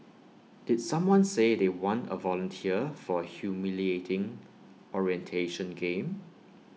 did someone say they want A volunteer for A humiliating orientation game